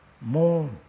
more